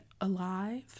alive